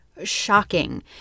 Shocking